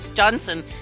Johnson